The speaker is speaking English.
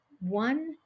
One